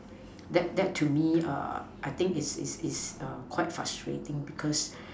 that that to me err I think is is is err quite frustrating because